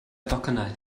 docynnau